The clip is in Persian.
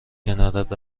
کنارت